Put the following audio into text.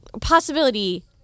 possibility